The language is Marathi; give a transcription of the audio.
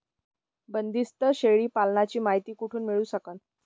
बंदीस्त शेळी पालनाची मायती कुठून मिळू सकन?